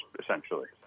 essentially